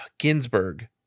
Ginsburg